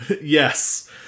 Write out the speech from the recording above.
Yes